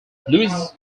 luis